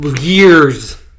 years